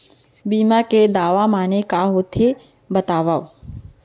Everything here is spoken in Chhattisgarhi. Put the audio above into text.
बीमा के दावा माने का होथे बतावव?